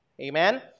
Amen